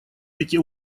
эти